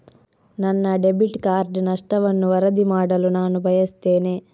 ನನ್ನ debit card ನಷ್ಟವನ್ನು ವರದಿ ಮಾಡಲು ನಾನು ಬಯಸ್ತೆನೆ